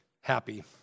happy